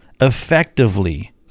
effectively